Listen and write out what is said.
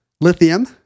Lithium